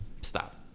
stop